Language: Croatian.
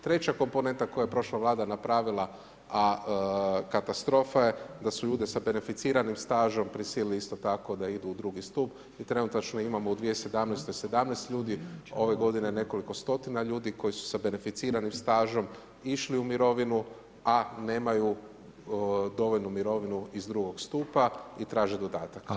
Treća komponenta koju je prošla vlada napravila a katastrofa je, da su ljude sa beneficiranim stažom prisilili isto tako da idu u II. stup i trenutačno imamo u 2017. 17 ljudi, ove godine nekoliko stotina ljudi su sa beneficiranim stažom išli u mirovinu a nemaju dovoljnu mirovinu iz II. stupa i traže dodatak.